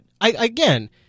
Again